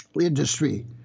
industry